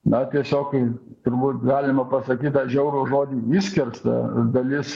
na tiesiog kai turbūt galima pasakyt tą žiaurų žodį išskersta dalis